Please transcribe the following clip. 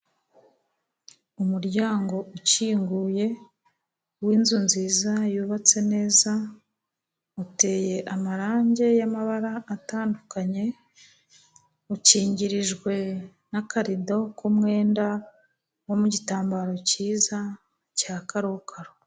Umuryango ukinguye w'inzu nziza, yubatse neza, uteye amarangi y'amabara atandukanye. Ukingirijwe n'akarido k'umwenda wo mu gitambaro cyiza cya karokaro.